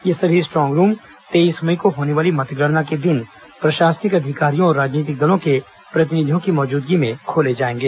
ये सभी strong room तेईस मई को होने वाली मतगणना के दिन प्रशासनिक अधिकारियों और राजनीतिक दलों के प्रतिनिधियों की मौजूदगी में खोले जाएंगे